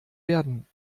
werden